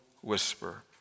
whisper